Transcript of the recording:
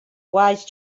wise